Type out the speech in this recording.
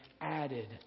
added